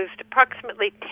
approximately